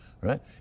right